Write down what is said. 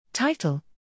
Title